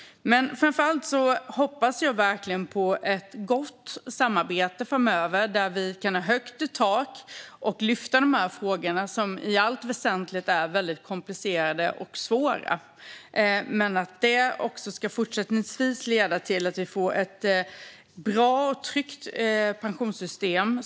Framför allt hoppas jag verkligen på ett gott samarbete framöver, där vi kan ha högt i tak och lyfta fram dessa frågor som i allt väsentligt är väldigt komplicerade och svåra. Men jag hoppas att det också ska leda till att vi fortsätter att ha ett bra och tryggt pensionssystem.